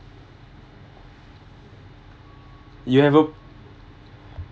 you have a